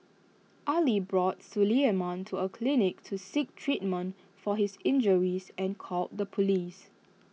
Ali brought Suleiman to A clinic to seek treatment for his injuries and called the Police